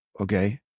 okay